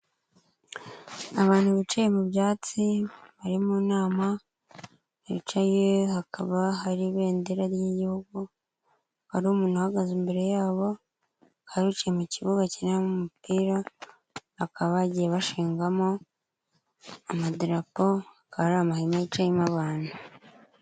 Abantu bicaye mu byatsi bari mu nama bicaye hakaba hari ibendera ry'igihugu, hari umuntu uhagaze imbere yabo, hari uwicaye mu kibuga bakiniramo umupira, bakaba bagiye bashingamo amadarapo akaba ari amahema yicaramo abantu.